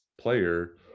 player